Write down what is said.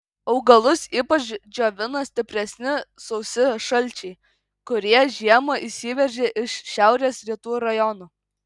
augalus ypač džiovina stipresni sausi šalčiai kurie žiemą įsiveržia iš šiaurės rytų rajonų